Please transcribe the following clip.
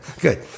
good